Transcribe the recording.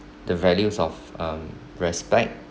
the values of um respect